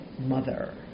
mother